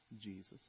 Jesus